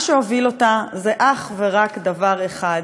מה שהוביל אותה זה אך ורק דבר אחד,